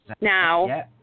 now